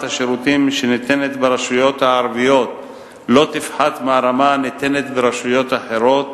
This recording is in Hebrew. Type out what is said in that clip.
השירותים שניתנת ברשויות הערביות לא תפחת מהרמה הניתנת ברשויות אחרות,